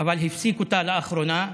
אבל הפסיק אותו לאחרונה,